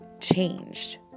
changed